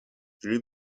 through